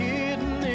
Hidden